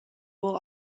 will